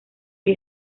que